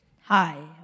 Hi